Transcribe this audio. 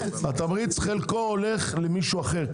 חלקו הולך למישהו אחר.